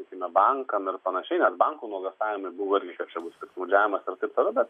užsienio bankam ir panašiai nes bankų nuogąstavimai buvo kad čia bus piktnaudžiavimas ir taip toliau bet